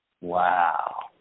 Wow